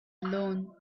alone